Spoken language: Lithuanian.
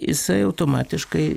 jisai automatiškai